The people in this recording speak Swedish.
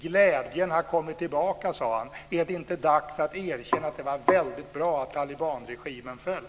Glädjen har kommit tillbaka sade han. Är det inte dags att erkänna att det var väldigt bra att talibanregimen föll?